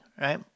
Right